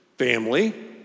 family